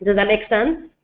that make sense?